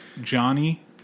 johnny